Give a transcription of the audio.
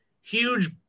huge